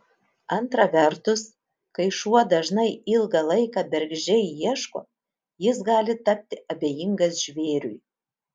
antra vertus kai šuo dažnai ilgą laiką bergždžiai ieško jis gali tapti abejingas žvėriui